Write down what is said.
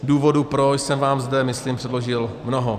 Důvodů proč, jsem vám zde myslím předložil mnoho.